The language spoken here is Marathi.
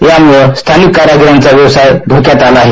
या मूळ स्थानिक कारागिरांचा व्यवसाय धोक्यात आला आहे